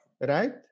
right